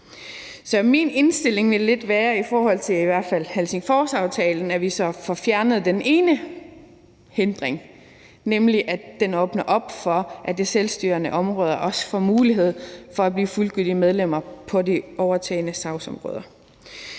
min indstilling vil lidt være, i hvert fald i forhold til Helsingforsaftalen, at vi så får fjernet den ene hindring, nemlig sådan at den åbner op for, at de selvstyrende områder også får mulighed for at blive fuldgyldige medlemmer på de overtagne sagsområder.